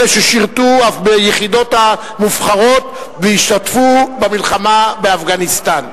אלה ששירתו אף ביחידות המובחרות והשתתפו במלחמה באפגניסטן.